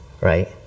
right